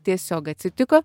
tiesiog atsitiko